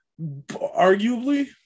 arguably